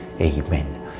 Amen